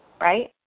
right